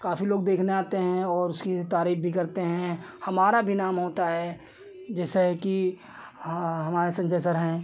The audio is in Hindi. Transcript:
काफ़ी लोग देखने आते हैं और उसकी तारीफ़ भी करते हैं हमारा भी नाम होता है जैसे कि हाँ हमारे संजय सर हैं